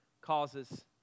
causes